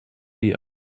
dia